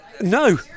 No